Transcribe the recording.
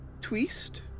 twist